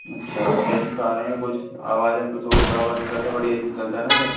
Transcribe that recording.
अच्छा कैसी कार है कुछ आवाज या शोर सराबा नहीं है बढ़िया ए सी चलता है ना सर